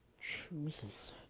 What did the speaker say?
chooses